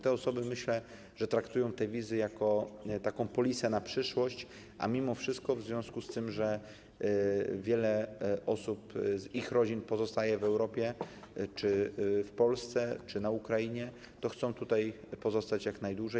Te osoby, myślę, traktują te wizy jako taką polisę na przyszłość, a mimo wszystko w związku z tym, że wiele osób z ich rodzin pozostaje w Europie, czy to w Polsce, czy na Ukrainie, chcą tutaj pozostać jak najdłużej.